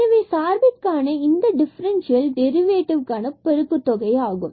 எனவே சார்பிற்க்கான இந்த டிஃபரண்சியல் டெரிவேடிவ் பெருக்குத் தொகை ஆகும்